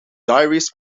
diaries